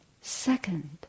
second